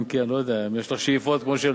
אם כי אני לא יודע, אם יש לך שאיפות כמו של